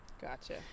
gotcha